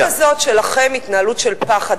ההתנהלות הזאת שלכם היא התנהלות של פחד.